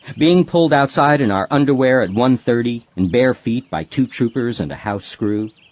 being pulled outside in our underwear, at one thirty, in bare feet by two troopers and a house screw.